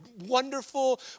wonderful